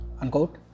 unquote